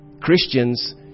Christians